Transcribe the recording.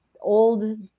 old